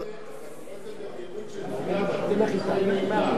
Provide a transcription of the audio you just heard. אתה קורא את זה במהירות של תפילת ערבית אחרי נעילה.